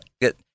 get